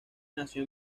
nació